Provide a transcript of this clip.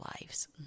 lives